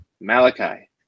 malachi